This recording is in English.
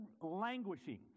languishing